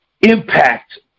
impact